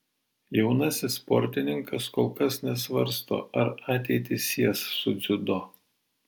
jaunasis sportininkas kol kas nesvarsto ar ateitį sies su dziudo